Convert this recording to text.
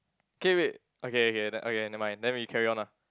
okay wait okay okay okay nevermind then we carry on ah